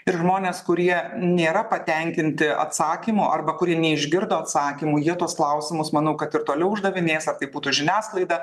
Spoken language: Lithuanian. ir žmonės kurie nėra patenkinti atsakymu arba kuri neišgirdo atsakymų jie tuos klausimus manau kad ir toliau uždavinės ar tai būtų žiniasklaida